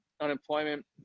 unemployment